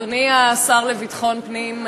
אדוני השר לביטחון פנים,